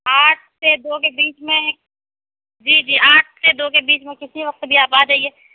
آٹھ سے دو کے بیچ میں جی جی آٹھ سے دو کے بیچ میں کسی وقت بھی آپ آجائیے